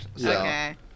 Okay